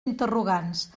interrogants